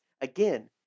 Again